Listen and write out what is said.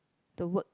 the work